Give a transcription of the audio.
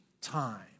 time